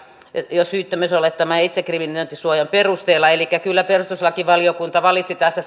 jo syyttömyysolettaman ja itsekriminalisointisuojan perusteella elikkä kyllä perustuslakivaliokunta valitsi tässä